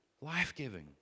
life-giving